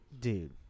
Dude